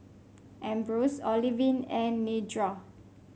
Ambrose Olivine and Nedra